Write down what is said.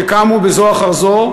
שקמו בזו אחר זו,